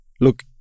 look